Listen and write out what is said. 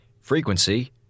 Frequency